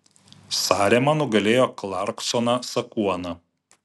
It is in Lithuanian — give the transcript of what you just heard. sarema nugalėjo klarksoną sakuoną